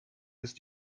ist